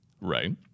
Right